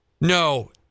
No